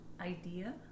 idea